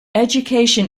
education